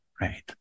right